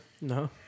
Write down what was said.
No